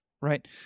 Right